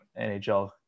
NHL